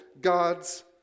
God's